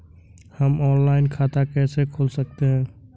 हम ऑनलाइन खाता कैसे खोल सकते हैं?